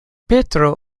petro